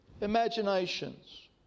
imaginations